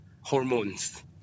hormones